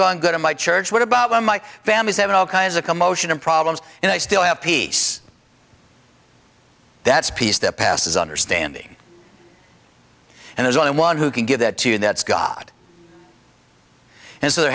gone good in my church what about my my family's having all kinds of commotion and problems and i still have peace that's peace that passes understanding and there's only one who can give that to you that's god and so there